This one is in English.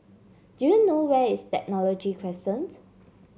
do you know where is Technology Crescent